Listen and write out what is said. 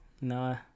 no